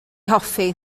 hoffi